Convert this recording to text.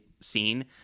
scene